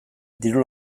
diru